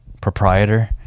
proprietor